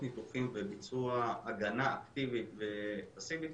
ניתוחים וביצוע הגנה אקטיבית ופאסיבית